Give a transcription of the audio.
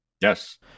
Yes